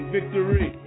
Victory